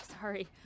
sorry